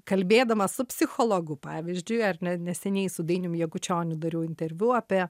kalbėdamas su psichologu pavyzdžiui ar ne neseniai su dainium jakučioniu dariau interviu apie